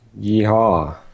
Yeehaw